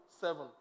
seven